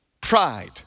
Pride